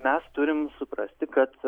mes turim suprasti kad